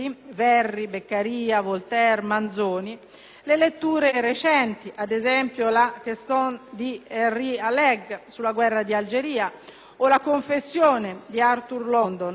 le letture recenti (ad esempio, "La *Question*" di Henri Alleg, sulla guerra di Algeria o "La Confessione" di Artur London, in cui il dirigente politico cecoslovacco